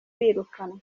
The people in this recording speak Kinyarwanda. birukanwa